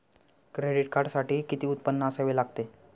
Credit कार्डसाठी किती उत्पन्न असावे लागते?